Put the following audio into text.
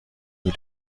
nur